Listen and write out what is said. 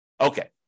Okay